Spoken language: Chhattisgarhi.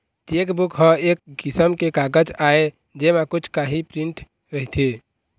चेकबूक ह एक किसम के कागज आय जेमा कुछ काही प्रिंट रहिथे